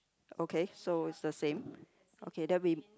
okay so is the same okay then we